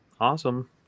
awesome